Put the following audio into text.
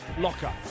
locker